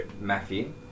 Matthew